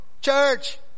Church